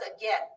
again